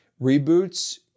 reboots